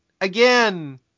Again